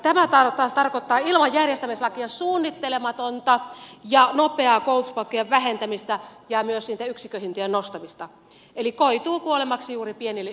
tämä taas tarkoittaa ilman järjestämislakia suunnittelematonta ja nopeaa koulutuspaikkojen vähentämistä ja myös niitten yksikköhintojen nostamista eli tämä koituu kuolemaksi juuri pienille yksiköille